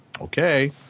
okay